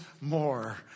more